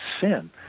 sin